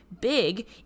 big